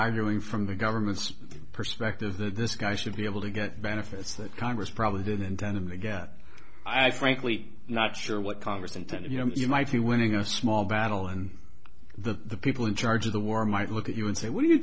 arguing from the government's perspective that this guy should be able to get benefits that congress probably didn't intend and they get i frankly not sure what congress intended you know you might be winning a small battle and the people in charge of the war might look at you and say what are you